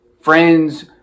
Friends